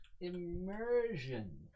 Immersion